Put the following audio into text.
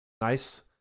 Nice